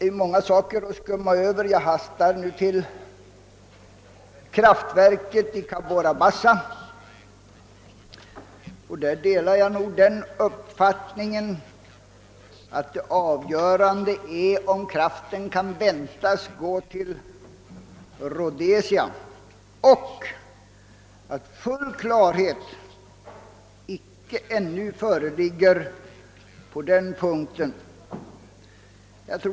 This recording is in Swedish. Jag har många saker att skumma Över, och jag går nu till frågan om kraftverket i Cabora Bassa. Därvidlag delar jag uppfattningen att det avgörande är, om kraften kan väntas gå till Rhodesia. Full klarhet föreligger ännu icke på den punkten.